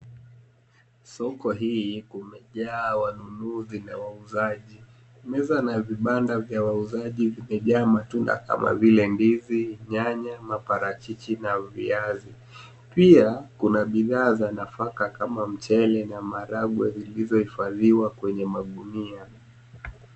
Soko hii kumejaa wanunuzi na wauzaji. Meza na vibanda vya wauzaji zimejaa matunda kama vile, ndizi, nyaya, maparachichi na viazi. Pia, kuna bidhaa za nafaka kama mchele na maharagwe vilivyohifadhiwa kwenye magunia.